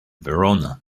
verona